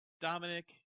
Dominic